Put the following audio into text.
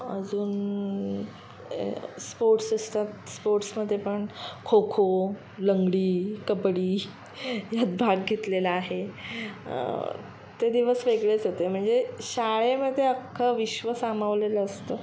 अजून स्पोर्ट्स असतात स्पोर्ट्समध्ये पण खोखो लंगडी कबड्डी ह्यात भाग घेतलेला आहे ते दिवस वेगळेच होते म्हणजे शाळेमध्ये अख्ख विश्व सामावलेलं असतं